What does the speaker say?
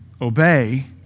obey